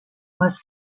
must